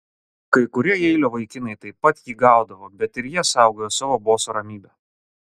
kai kurie jeilio vaikinai taip pat jį gaudavo bet ir jie saugojo savo boso ramybę